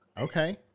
Okay